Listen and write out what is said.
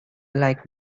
like